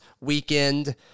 weekend